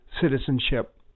citizenship